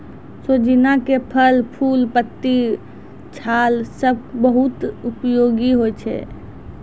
सोजीना के फल, फूल, पत्ती, छाल सब बहुत उपयोगी होय छै